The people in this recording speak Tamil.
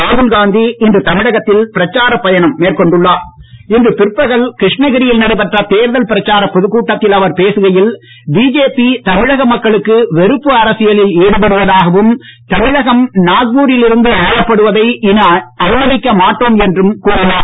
ராகுல்காந்தி இன்று தமிழகத்தில் பிரச்சாரப் பயணம் மேற்கொண்டுள்ளார் இன்று பிற்பகல் கிருஷ்ணகிரியில் நடைபெற்ற தேர்தல் பிரச்சாரப் பொதுக் கூட்டத்தில் அவர் பேசுகையில் பிஜேபி தமிழக மக்களுக்கு வெறுப்பு அரசியலில் ஈடுபடுவதாகவும் தமிழகம் நாக்பூரில் இருந்து ஆளப்படுவதை இனி அனுமதிக்கமாட்டோம் என்றும் கூறினார்